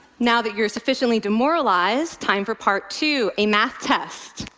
now that you're sufficiently demoralized, time for part two a math test.